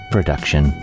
production